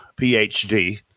PhD